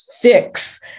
fix